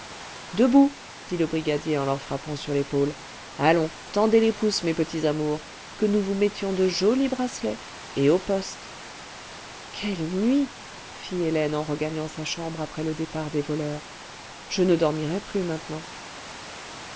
debout dit le brigadier en leur frappant sur l'épaule allons tendez les pouces mes petits amours que nous vous mettions de jolis bracelets et au poste quelle nuit fit hélène en regagnant sa chambre après le départ des voleurs je ne dormirai plus maintenant